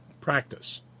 practice